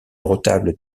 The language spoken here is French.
retable